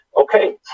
okay